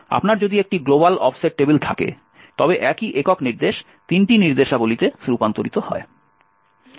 আপনার যদি একটি গ্লোবাল অফসেট টেবিল থাকে তবে একই একক নির্দেশ তিনটি নির্দেশাবলীতে রূপান্তরিত হয়